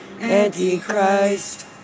Antichrist